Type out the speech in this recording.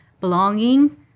belonging